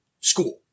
school